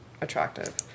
attractive